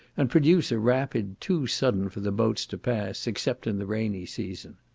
and produce a rapid, too sudden for the boats to pass, except in the rainy season.